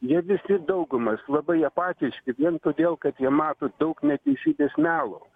jie visi daugumas labai apatiški vien todėl kad jie mato daug neteisybės melo